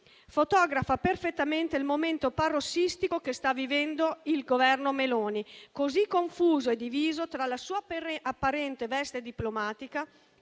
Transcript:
fotografa perfettamente il momento parossistico che sta vivendo il Governo Meloni, così confuso e diviso tra la sua apparente veste diplomatica,